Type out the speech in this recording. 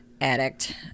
Addict